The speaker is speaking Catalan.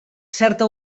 certa